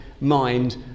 mind